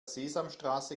sesamstraße